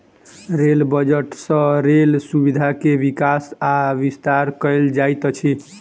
rail budget सँ rail सुविधा के विकास आ विस्तार कयल जाइत अछि